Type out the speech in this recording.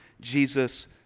Jesus